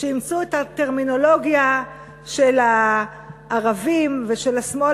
שאימצו את הטרמינולוגיה של הערבים ושל השמאל